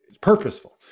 purposeful